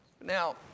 Now